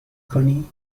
کنی